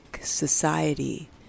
society